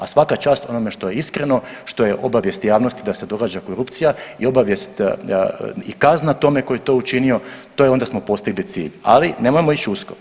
A svaka čast onome što je iskreno, što je obavijesti javnosti da se događa korupcija i obavijest i kazna tome ko je to učinio, to je onda smo postigli cilj, ali nemojmo ić usko.